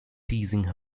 teasing